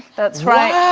that's right.